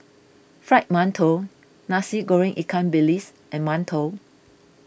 Fried Mantou Nasi Goreng Ikan Bilis and Mantou